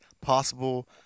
possible